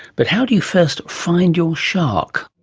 but how do you first find your shark?